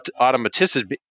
automaticity